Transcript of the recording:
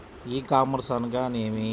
ఈ కామర్స్ అనగా నేమి?